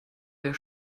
der